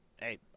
Hey